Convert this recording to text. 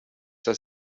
das